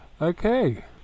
Okay